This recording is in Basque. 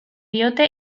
diote